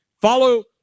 follow